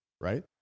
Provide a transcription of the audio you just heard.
right